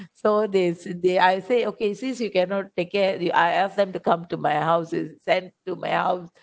so they they I say okay since you you cannot take care I ask them to come to my house and then to my house